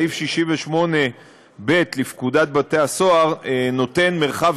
סעיף 68ב לפקודת בתי-הסוהר נותן מרחב